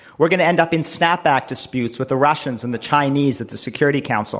we're going to end up in snapback disputes with the russians and the chinese at the security council.